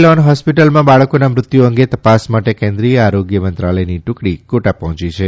loan હોસ્પિટલમાં બાળકોનાં મૃત્યુ અંગે તપાસ માટે કેન્દ્રિય આરોગ્ય મંત્રાલયની ટુકડી કોટા પહોંચી છે